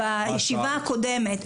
בישיבה הקודמת.